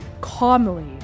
calmly